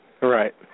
Right